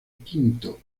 quinto